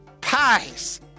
Pies